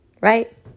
Right